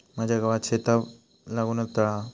माझ्या गावात शेताक लागूनच तळा हा